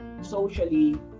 socially